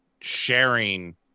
sharing